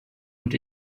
und